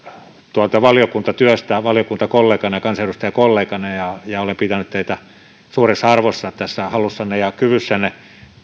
tuolta valiokuntatyöstä valiokuntakollegana ja kansanedustajakollegana ja ja olen pitänyt teitä suuressa arvossa halussanne ja kyvyssänne